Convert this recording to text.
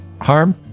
harm